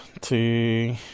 two